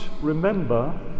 remember